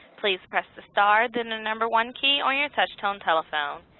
please press the star then the number one key on your touchtone telephone.